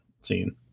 scene